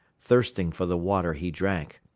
thirsting for the water he drank,